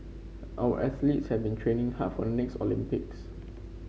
our athletes have been training hard for the next Olympics